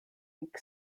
week